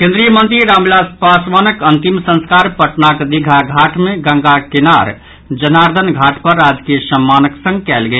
केंद्रीय मंत्री रामविलास पासवानक अंतिम संस्कार पटनाक दीघा घाट मे गंगाक किनार जनार्दन घाट पर राजकीय सम्मानक संग कयल गेल